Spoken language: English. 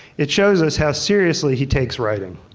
it shows us how seriously he takes writing.